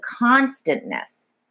constantness